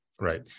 Right